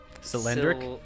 cylindric